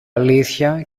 αλήθεια